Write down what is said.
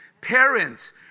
parents